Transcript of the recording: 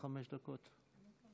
אם זה חמש דקות, אני אחכה.